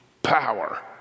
Power